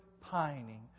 pining